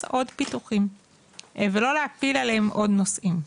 עוד פיתוחים ולא להפיל עליהם עוד נושאים.